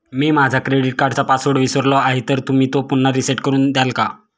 मी माझा क्रेडिट कार्डचा पासवर्ड विसरलो आहे तर तुम्ही तो पुन्हा रीसेट करून द्याल का?